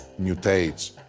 mutates